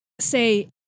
say